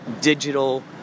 digital